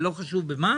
לא חשוב במה